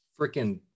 freaking